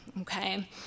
okay